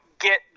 get